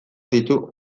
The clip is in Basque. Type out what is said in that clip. ditu